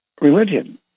religion